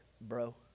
bro